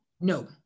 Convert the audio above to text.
No